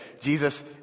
Jesus